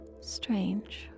strange